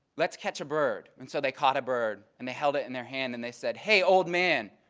let's catch a bird. and so they caught a bird. and they held it in their hand and they said, hey, old man,